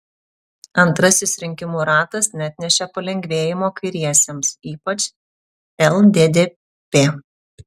antrasis rinkimų ratas neatnešė palengvėjimo kairiesiems ypač lddp